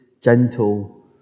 gentle